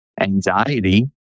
anxiety